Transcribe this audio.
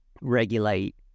regulate